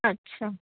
अच्छा